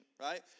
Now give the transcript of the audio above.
right